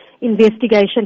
investigation